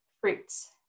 fruits